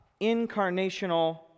incarnational